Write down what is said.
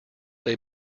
they